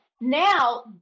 Now